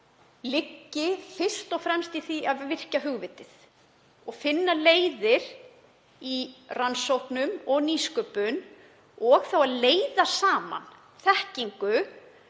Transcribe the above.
liggi fyrst og fremst í því að virkja hugvitið og finna leiðir í rannsóknum og nýsköpun og þá að leiða saman þekkingu